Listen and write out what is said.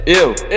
ew